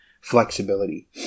flexibility